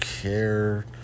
care